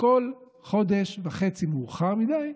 הכול חודש וחצי מאוחר מדי.